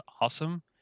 awesome